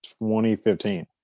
2015